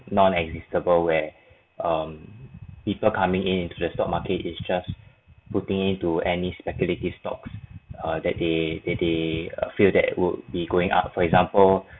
non existable where um people coming in into the stock market is just putting it to any speculative stocks or that they they they feel that would be going up for example